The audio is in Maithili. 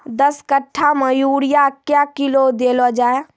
दस कट्ठा मे यूरिया क्या किलो देलो जाय?